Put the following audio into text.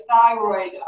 thyroid